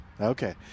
Okay